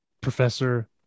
professor